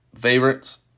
favorites